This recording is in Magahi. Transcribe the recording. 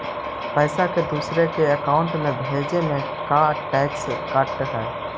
पैसा के दूसरे के अकाउंट में भेजें में का टैक्स कट है?